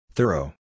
Thorough